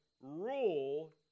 rule